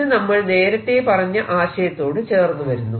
ഇത് നമ്മൾ നേരത്തെ പറഞ്ഞ ആശയത്തോട് ചേർന്ന് വരുന്നു